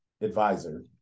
advisor